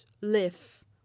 live